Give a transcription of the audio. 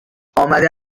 آمده